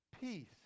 peace